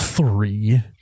Three